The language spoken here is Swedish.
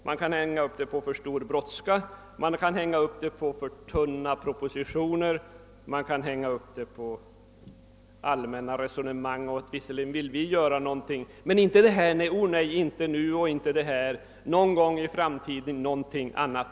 Man kan hänga upp den på för stor brådska, på för tunna propositioner, på allmänna resonemang om att man visserligen vill göra någonting men inte just det som föreslås och inte vid detta tillfälle — någon gång i framtiden, något annat!